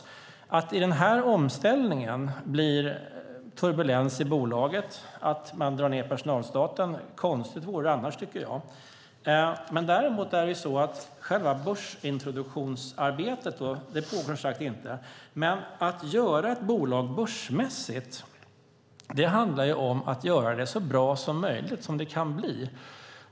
Under den här omställningen blir det turbulens i bolaget, och man drar ned personalstaten - konstigt vore det annars, tycker jag. Däremot pågår inte själva börsintroduktionsarbetet, men att göra ett bolag börsmässigt handlar om att göra det så bra som det kan bli.